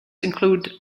include